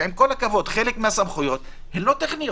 עם כל הכבוד, חלק מהסמכויות אינן טכניות.